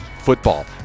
football